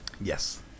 Yes